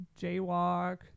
jaywalk